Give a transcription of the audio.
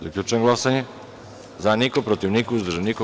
Zaključujem glasanje: za – niko, protiv – niko, uzdržanih – nema.